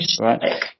right